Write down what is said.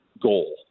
goal